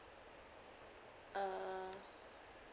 uh